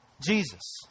Jesus